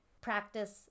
practice